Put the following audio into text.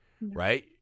right